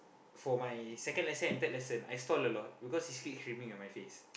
for my second lesson and third lesson I stall a lot because he keeps screaming on my face